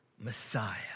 Messiah